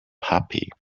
puppy